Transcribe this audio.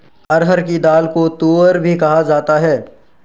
अरहर की दाल को तूअर भी कहा जाता है